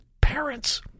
parents